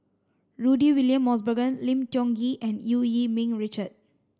Rudy William Mosbergen Lim Tiong Ghee and Eu Yee Ming Richard